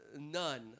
none